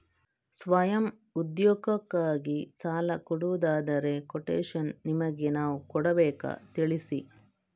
ಸ್ವಯಂ ಉದ್ಯೋಗಕ್ಕಾಗಿ ಸಾಲ ಕೊಡುವುದಾದರೆ ಕೊಟೇಶನ್ ನಿಮಗೆ ನಾವು ಕೊಡಬೇಕಾ ತಿಳಿಸಿ?